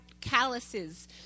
calluses